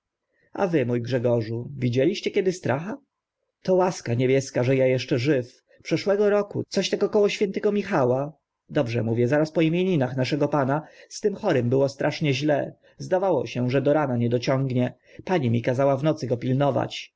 a wy mó grzegorzu widzieliście kiedy stracha to łaska niebieska że a eszcze żyw przeszłego roku coś tak około świętego michała dobrze mówię zaraz po imieninach naszego pana z tym chorym było strasznie źle zdawało się że do rana nie dociągnie pani mi kazała w nocy go pilnować